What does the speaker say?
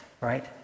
right